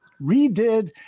redid